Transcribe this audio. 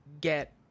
get